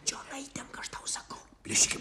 čionai tempk aš tau sakau